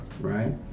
right